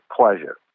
pleasure